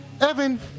Evan